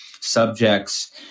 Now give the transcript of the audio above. subjects